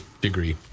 degree